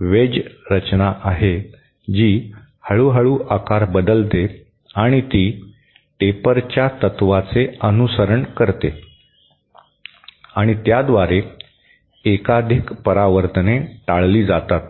veg रचना आहे जी हळूहळू आकार बदलते आणि ती टेपरच्या तत्त्वाचे अनुसरण करते आणि त्याद्वारे एकाधिक परावर्तने टाळली जातात